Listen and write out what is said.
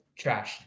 trashed